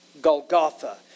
Golgotha